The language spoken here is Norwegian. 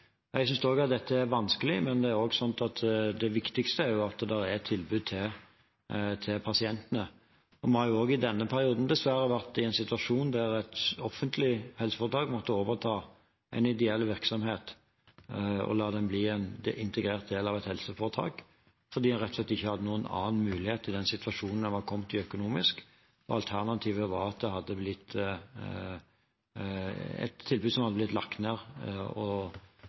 Jeg syns også at dette er vanskelig, men det viktigste er at det er et tilbud til pasientene. Vi har også i denne perioden dessverre vært i en situasjon der et offentlig helseforetak måtte overta en ideell virksomhet og la den bli en integrert del av et helseforetak, fordi en rett og slett ikke hadde noen annen mulighet i den situasjonen en var kommet i økonomisk. Alternativet var at tilbudet hadde blitt lagt ned, og pasientene hadde